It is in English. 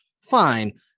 fine